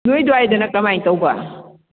ꯅꯣꯏ ꯑꯗꯨꯋꯥꯏꯗꯅ ꯀꯃꯥꯏ ꯇꯧꯕ